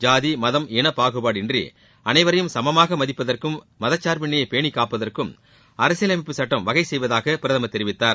ஜாதி மதம் இன பாகுபாடின்றி அனைவரையும் சமமாக மதிப்பதற்கும் மதச்சார்பின்மையை பேணி சட்டம் காப்பதற்கும் அமைப்புச் அரசியல் வகை செய்வதாக பிரதமர் தெரிவித்தார்